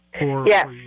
yes